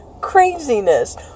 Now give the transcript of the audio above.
craziness